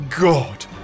God